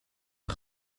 een